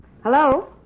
Hello